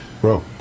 bro